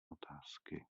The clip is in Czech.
otázky